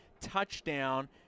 touchdown